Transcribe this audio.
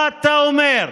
מה אתה אומר?